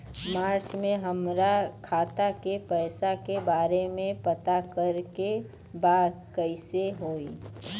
मार्च में हमरा खाता के पैसा के बारे में पता करे के बा कइसे होई?